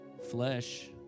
flesh